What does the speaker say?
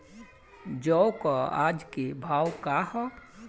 जौ क आज के भाव का ह?